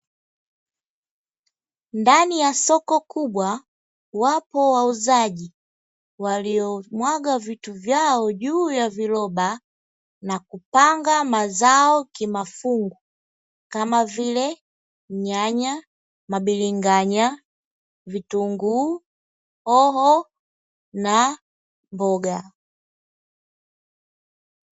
Ndani ya soko kubwa wapo wauzaji waliomwaga vitu vyao juu ya viroba na kupanga mazao kimafungu kama vile: nyanya, mabilinganya, vitunguu, hoho na mboga.